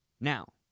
Now